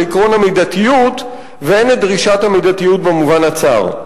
עקרון המידתיות והן את דרישת המידתיות במובן הצר.